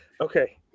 Okay